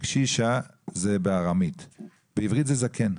- קשישא זה בארמית; בעברית זה זקן.